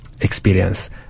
experience